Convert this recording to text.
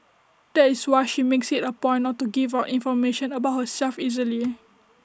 that is why she makes IT A point not to give out information about herself easily